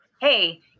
hey